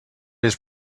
his